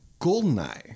Goldeneye